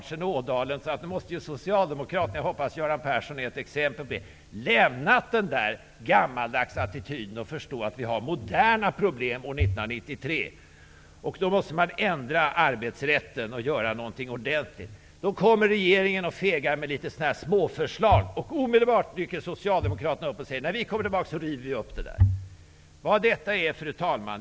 Jag hoppas att Göran Persson är ett exempel på att Socialdemokraterna har lämnat den gammaldags attityden och förstår att vi har moderna problem år 1993. Då måste man ändra arbetsrätten och göra någonting ordentligt. Regeringen kommer litet fegt med småförslag. Då dyker socialdemokraterna omedelbart upp och säger: När vi kommer tillbaka till makten skall vi riva upp dessa beslut. Fru talman!